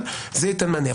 זה ייתן מענה.